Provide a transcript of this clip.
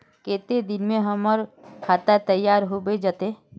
केते दिन में हमर खाता तैयार होबे जते?